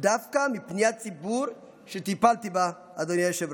דווקא מפניית ציבור שטיפלתי בה, אדוני היושב-ראש.